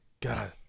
God